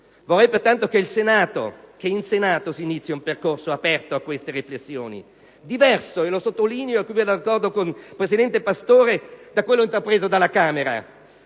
Vorrei pertanto che in Senato si inizi un percorso aperto a queste riflessioni, diverso - e lo sottolineo, in accordo con il presidente Pastore - da quello intrapreso dalla Camera.